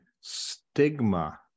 stigma